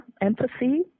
empathy